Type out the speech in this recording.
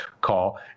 call